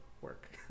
work